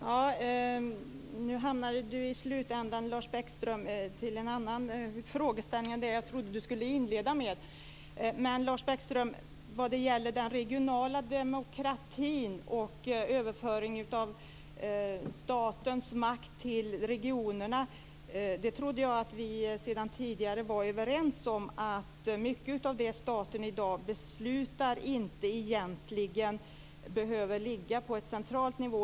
Fru talman! Nu hamnade Lars Bäckström i slutändan i en annan frågeställning än den han inledde med. Lars Bäckström! När det gäller den regionala demokratin och överföring av statens makt till regionerna trodde jag att vi sedan tidigare var överens om att mycket av det som staten i dag beslutar egentligen inte behöver ligga på en central nivå.